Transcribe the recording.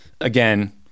Again